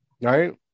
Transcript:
right